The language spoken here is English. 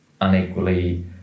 unequally